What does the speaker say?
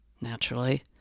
naturally